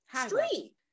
street